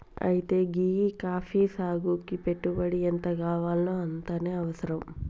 అయితే గీ కాఫీ సాగుకి పెట్టుబడి ఎంతగావాల్నో అంతనే అవసరం